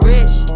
Rich